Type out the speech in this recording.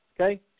okay